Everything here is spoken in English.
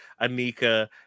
Anika